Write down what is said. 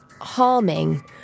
harming